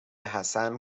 حسن